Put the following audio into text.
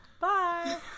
bye